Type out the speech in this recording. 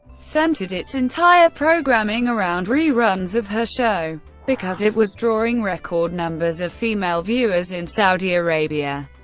centered its entire programming around reruns of her show, because it was drawing record numbers of female viewers in saudi arabia.